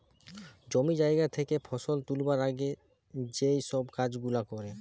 জমি জায়গা থেকে ফসল তুলবার আগে যেই সব কাজ গুলা করে